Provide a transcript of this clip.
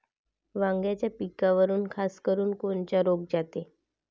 वांग्याच्या पिकावर खासकरुन कोनचा रोग जाते?